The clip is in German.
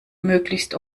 möglichst